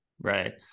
Right